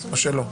או שלא?